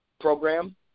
program